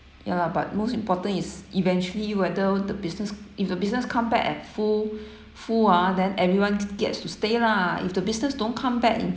ya lah but most important is eventually whether the business if the business come back at full full ah then everyone g~ gets to stay lah if the business don't come back in